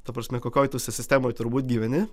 ta prasme kokioj tu sistemoj turbūt gyveni